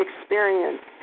experience